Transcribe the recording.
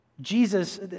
Jesus